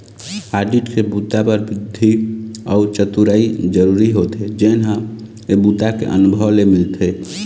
audit के बूता बर बुद्धि अउ चतुरई जरूरी होथे जेन ह ए बूता के अनुभव ले मिलथे